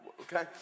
okay